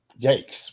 yikes